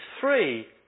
three